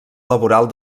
laboral